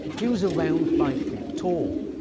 he was around five feet tall.